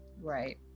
Right